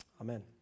amen